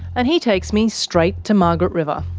and he takes me straight to margaret river.